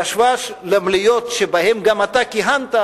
בהשוואה למליאות שבהן גם אתה כיהנת,